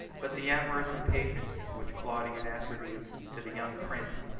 but the amorous impatience which claudian attributes to the young prince,